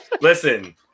Listen